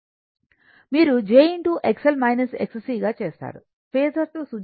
మీరు j గా చేస్తారు ఫేసర్ తో సూచించబడుతుంది